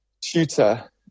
tutor